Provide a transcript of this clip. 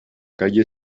calle